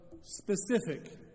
specific